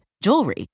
jewelry